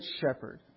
shepherd